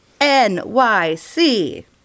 NYC